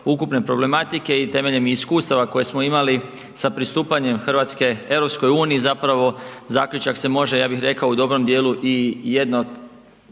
ukupne problematike i temeljem iskustava koje smo imali sa pristupanjem Hrvatske EU-u, zapravo zaključak se može, ja bi rekao u dobrom djelu isti